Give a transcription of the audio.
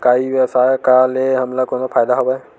का ई व्यवसाय का ले हमला कोनो फ़ायदा हवय?